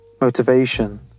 Motivation